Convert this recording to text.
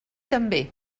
també